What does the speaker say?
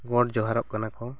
ᱜᱚᱰ ᱡᱚᱦᱟᱨᱚᱜ ᱠᱟᱱᱟ ᱠᱚ